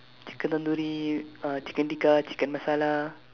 chicken tandoori uh chicken tikka chicken masala